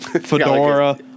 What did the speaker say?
Fedora